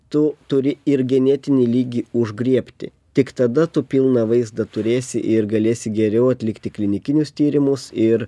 tu turi ir genetinį lygį užgriebti tik tada tu pilną vaizdą turėsi ir galėsi geriau atlikti klinikinius tyrimus ir